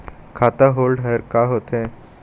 खाता होल्ड हर का होथे?